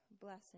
blessing